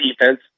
defense